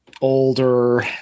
older